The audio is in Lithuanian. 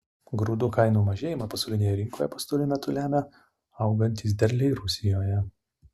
grūdų kainų mažėjimą pasaulinėje rinkoje pastaruoju metu lemia augantys derliai rusijoje